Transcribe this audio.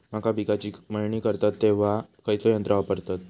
मका पिकाची मळणी करतत तेव्हा खैयचो यंत्र वापरतत?